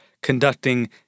conducting